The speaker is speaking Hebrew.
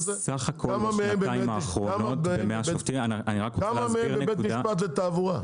כמה מהם בבית משפט לתעבורה?